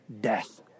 death